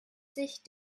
sich